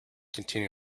continue